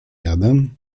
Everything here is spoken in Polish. jadem